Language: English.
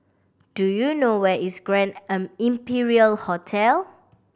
do you know where is Grand an Imperial Hotel